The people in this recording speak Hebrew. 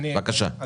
בבקשה.